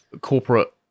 corporate